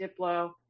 Diplo